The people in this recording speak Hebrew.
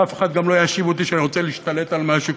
ואף אחד גם לא יאשים אותי שאני רוצה להשתלט על משהו,